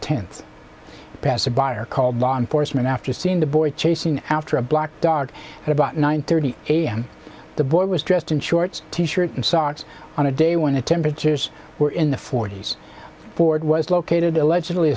a passer by or called law enforcement after seeing the boy chasing after a black dog at about nine thirty a m the boy was dressed in shorts t shirt and socks on a day when the temperatures were in the forty's ford was located allegedly